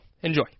Enjoy